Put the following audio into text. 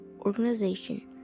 Organization